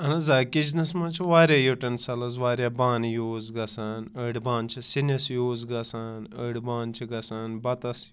اہن حظ آ کِچنَس منٛز چھِ واریاہ یوٗٹٮ۪نسَلٕز واریاہ بانہٕ یوٗز گژھان أڑۍ بانہٕ چھِ سِنِس یوٗز گژھان أڑۍ بانہٕ چھِ گژھان بَتَس